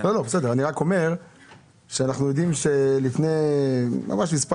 אני רק אומר שאנחנו יודעים שממש לפני מספר